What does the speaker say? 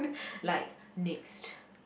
like next